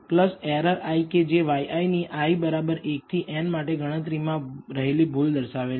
error i કે જે yi ની i 1 થી n માટે ગણતરીમાં રહેલી ભૂલ દર્શાવેલ